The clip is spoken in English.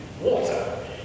Water